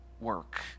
work